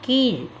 கீழ்